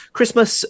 Christmas